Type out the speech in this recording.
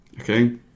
okay